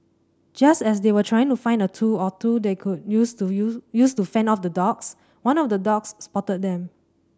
just as they were trying to find a tool or two they could use to use use to fend off the dogs one of the dogs spotted them